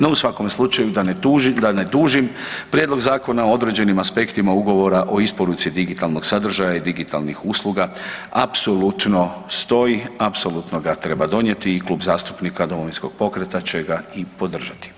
No, u svakom slučaju da ne dužim, Prijedlog Zakona o određenim aspektima ugovora o isporuci digitalnog sadržaja i digitalnih usluga, apsolutno stoji, apsolutno ga treba donijeti i Klub zastupnika Domovinskog pokreta će ga i podržati.